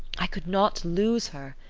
i could not lose her.